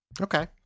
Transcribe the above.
Okay